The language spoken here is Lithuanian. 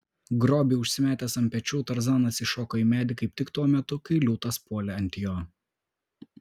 grobį užsimetęs ant pečių tarzanas įšoko į medį kaip tik tuo metu kai liūtas puolė ant jo